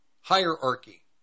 hierarchy